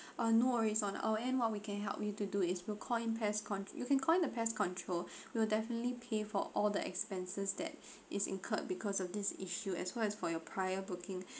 uh no worries on our end what we can help me to do is we'll call in pest control you can call in the pest control we will definitely pay for all the expenses that is incurred because of this issue as well as for your prior booking